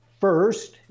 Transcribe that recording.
first